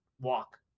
walk